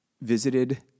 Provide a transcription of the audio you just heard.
visited